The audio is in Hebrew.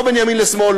לא בין ימין לשמאל,